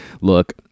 look